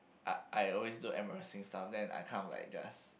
I I always do embarrassing stuff then I kind of like just